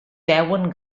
veuen